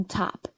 top